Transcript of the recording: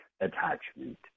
attachment